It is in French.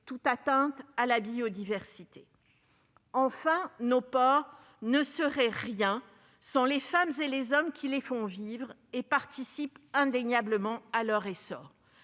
toute atteinte à la biodiversité. Enfin, nos ports ne seraient rien sans les femmes et les hommes qui les font vivre, et participent indéniablement à leur essor.